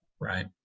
right